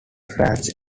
ranch